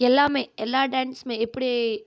எல்லாம் எல்லா டான்ஸும் எப்படி